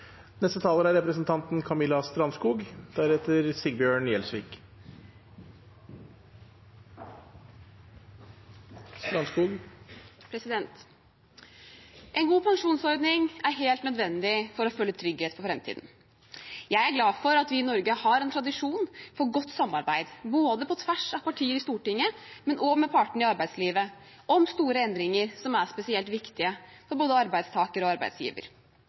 En god pensjonsordning er helt nødvendig for å føle trygghet for framtiden. Jeg er glad for at vi i Norge har en tradisjon for godt samarbeid både på tvers av partier i Stortinget og også med partene i arbeidslivet om store endringer som er spesielt viktige for både arbeidstaker og arbeidsgiver.